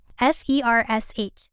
F-E-R-S-H